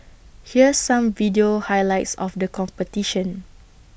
here's some video highlights of the competition